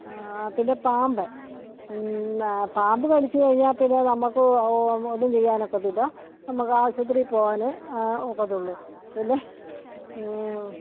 പിന്നെ പാമ്പ് പാമ്പ് കടിച്ചു കഴിഞ്ഞാൽ പിന്നെ നമുക്ക് ഒന്നും ചെയ്യാൻ ഒക്കത്തില്ല ആശുപത്രിയിൽ പോകാനേ ഒക്കത്തുള്ളൂ പിന്നെ